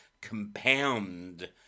compound